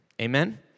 Amen